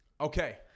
Okay